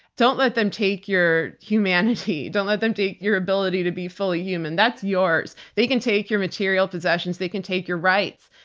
don't let them take your humanity. don't let them take your ability to be fully human. that's yours. they can take your material possessions. they can take your rights.